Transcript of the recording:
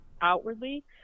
outwardly